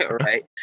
right